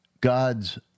God's